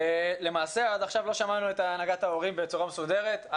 למעשה עד עכשיו לא שמענו את הנהגת ההורים בצורה מסודרת.